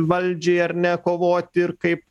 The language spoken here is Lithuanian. valdžiai ar ne kovoti ir kaip